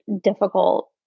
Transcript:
difficult